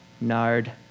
Nard